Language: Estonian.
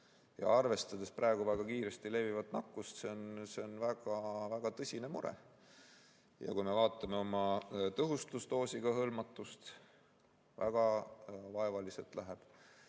Arvestades praegu väga kiiresti levivat nakkust, on see väga tõsine mure. Vaatame tõhustusdoosiga hõlmatust – väga vaevaliselt läheb.